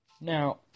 now